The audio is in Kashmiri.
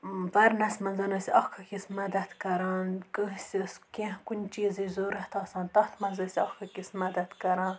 پَرنَس منٛز ٲسۍ اَکھ أکِس مدد کَران کٲنٛسہِ ٲس کیٚنٛہہ کُنہِ چیٖزٕچ ضروٗرت آسان تَتھ منٛز ٲسۍ اَکھ أکِس مدد کَران